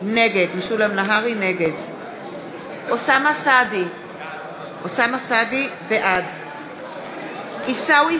נגד אוסאמה סעדי, בעד עיסאווי